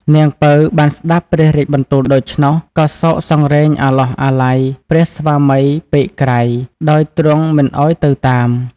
នាង ពៅ បានស្តាប់ព្រះរាជបន្ទូលដូច្នោះ ក៏សោកសង្រេងអាឡោះអាល័យព្រះស្វាមីពេកក្រៃដោយទ្រង់មិនឲ្យទៅតាម។